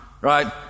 right